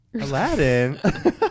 aladdin